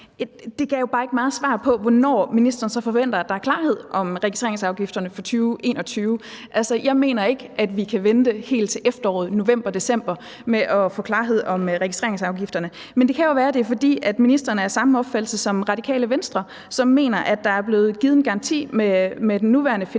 jo bare ikke meget svar på, hvornår ministeren så forventer der er klarhed over registreringsafgifterne for 2021. Jeg mener ikke, at vi kan vente helt til efteråret, november, december, med at få klarhed over registreringsafgifterne. Men det kan jo være, at det er, fordi ministeren er af samme opfattelse som Det Radikale Venstre, som mener, at der er blevet givet en garanti med den nuværende finanslov